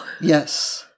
Yes